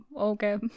okay